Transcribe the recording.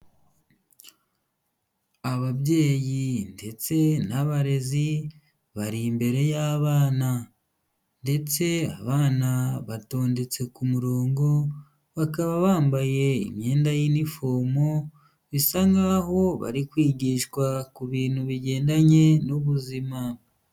Ababyeyi ndetse n'abarezi bari imbere y'abana ndetse abana batondetse ku murongo bakaba bambaye imyenda y'inifomo bisa nkaho bari kwigishwa ku bintu bigendanye n'ubuzima.